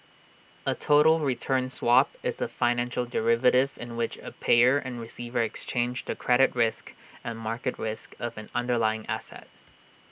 A total return swap is A financial derivative in which A payer and receiver exchange the credit risk and market risk of an underlying asset